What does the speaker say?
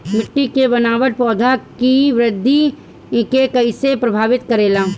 मिट्टी के बनावट पौधों की वृद्धि के कईसे प्रभावित करेला?